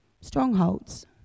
strongholds